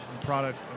product